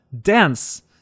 dance